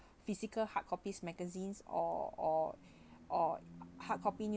physical hard copies magazines or or hard copy